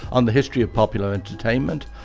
on the history of popular entertainment.